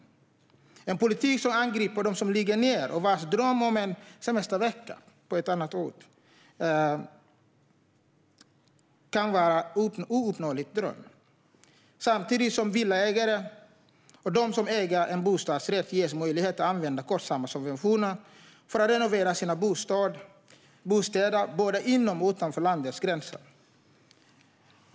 Det är en politik som angriper dem som ligger ned och vars dröm om en semestervecka på annan ort kan vara ouppnåelig. Samtidigt ges villaägare och dem som äger en bostadsrätt möjlighet att använda kostsamma subventioner för att renovera sina bostäder både inom och utanför landets gränser.